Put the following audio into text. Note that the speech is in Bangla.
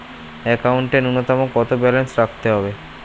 একাউন্টে নূন্যতম কত ব্যালেন্স রাখতে হবে?